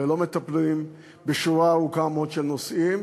ולא מטפלים בשורה ארוכה מאוד של נושאים,